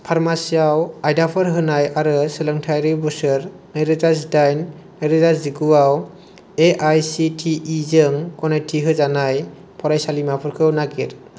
फार्मासिआव आयदाफोर होनाय आरो सोलोंथाइयारि बोसोर नै रोजा जिदाइन नै रोजा जिगु आव A I C T E जों गनायथि होजानाय फरायसालिमाफोरखौ नागिर